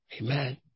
Amen